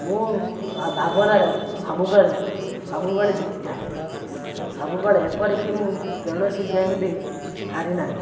ମୁଁ ଭାବନାରେ ସବୁବେଳେ ସବୁବେଳେ ଜିତିଥାଏ ସବୁବେଳେ ଏପରିକି ମୁଁ କୌଣସି ଗେମ୍ ବି ହାରିନାହିଁ